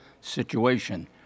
situation